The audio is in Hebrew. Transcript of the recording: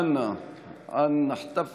מי ייתן והחג הזה יביא